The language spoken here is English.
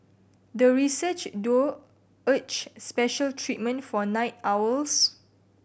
the research duo urged special treatment for night owls